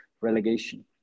relegation